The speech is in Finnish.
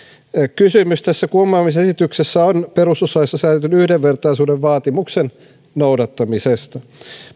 kysymys tässä kumoamisesityksessä on perustuslaissa säädetyn yhdenvertaisuuden vaatimuksen noudattamisesta